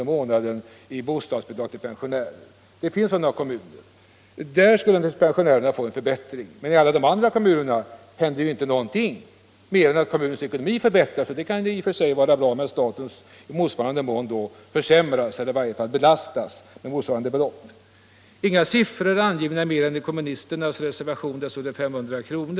i månaden i bostadsbidrag till pensionärerna. I sådana kommuner skulle naturligtvis pensionärerna få en förbättring. Men i alla de andra kommunerna händer inte någonting mer än att kommunernas ekonomi förbättras — och det kan som sagt i och för sig vara bra — medan statens ekonomi belastas med motsvarande belopp. Det anges inga siffror annat än i kommunisternas reservation, där man föreslår 500 kr.